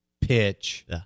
pitch